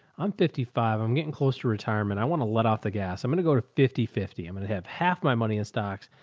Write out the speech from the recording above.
i'm fifty five, i'm getting close to retirement. i want to let off the gas. i'm going to go to fifty fifty. i'm going to have half my money in stocks,